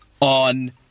on